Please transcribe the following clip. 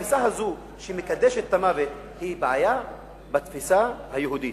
אלא שהתפיסה הזו שמקדשת את המוות היא בעיה בתפיסה היהודית.